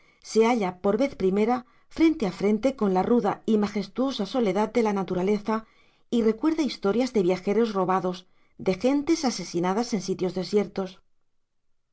se halla por vez primera frente a frente con la ruda y majestuosa soledad de la naturaleza y recuerda historias de viajeros robados de gentes asesinadas en sitios desiertos